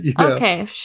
okay